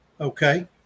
Okay